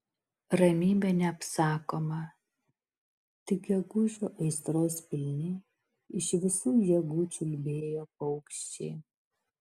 ramybė neapsakoma tik gegužio aistros pilni iš visų jėgų čiulbėjo paukščiai